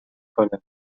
کند